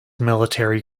military